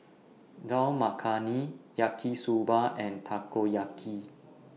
Dal Makhani Yaki Soba and Takoyaki